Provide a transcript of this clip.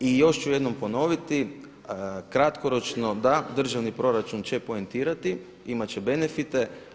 I još ću jednom ponoviti, kratkoročno da, državni proračun će poentirati, imati će benefite.